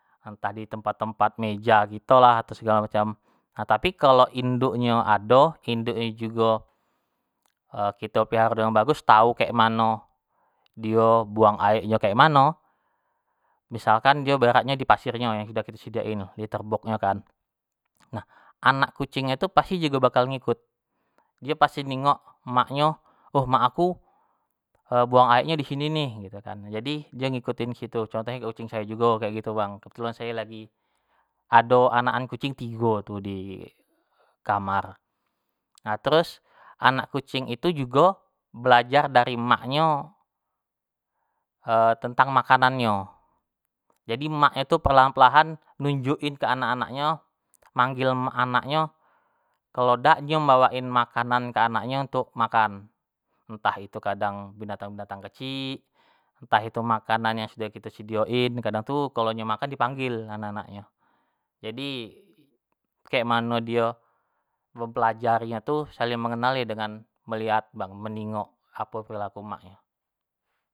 Entah di tempat-tempat meja kitolah atau segalo macam, nah tapi kalau induknyo ado induk nyo jugo kito peliharo dengan bagus tau kek mano dio buang aek nyo kek mano, misalkan dio berak nyo di pasirnyo yang kito sediain, liter box nyo kan, nah anak kucing nyo tu pasti jugo bakal ngikut, dio pasti ningok emak nyo. oh emak aku buang aek nyo disini nih gitu kan, jadi dio ngikutin kito, contohnyo kucing ayo jugo kek gitu bang, kebetulan sayo lagi ado anak an kucing tigo tu dikamar, nah terus anak kucing tu jugo belajar dari emaknyo, tentang makanannyo. jadi emak nyo tu perlahan-perlahan nunjuk in ke anak-anak nyo manggil anak nyo kalo dak nyo ngebawain makanan ke anaknyo untuk makan, entah itu kadang binatang-binatang kecik, entah itu makanan yang sudah kito sedioin, kadang tu kalo nyo makan tu dipanggil anak-anak nyo, jadi kekmano dio mempelajari nyo tu, saling mengenal tu yo dengan saling melihat, meningok apo perilaku emak nyo.